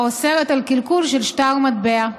האוסרת קלקול של שטר מטבע.